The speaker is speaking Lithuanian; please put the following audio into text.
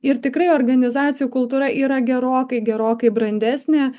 ir tikrai organizacijų kultūra yra gerokai gerokai brandesnė